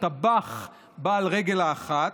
הטבח בעל הרגל האחת,